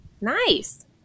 nice